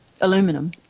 aluminum